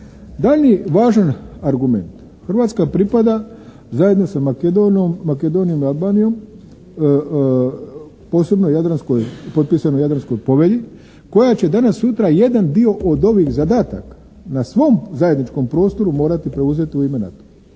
Daljnji važan argument, Hrvatska pripada zajedno sa Makedonijom i Albanijom posebno potpisanoj Jadranskoj povelji koja će danas sutra jedan dio od ovih zadataka na svom zajedničkom prostoru morati preuzeti u ime NATO-a.